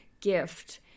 gift